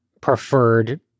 preferred